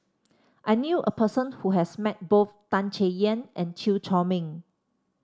I knew a person who has met both Tan Chay Yan and Chew Chor Meng